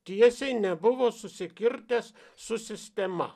tiesiai nebuvo susikirtęs su sistema